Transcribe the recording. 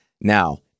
Now